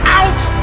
out